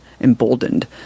emboldened